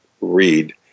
read